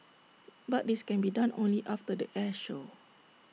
but this can be done only after the air show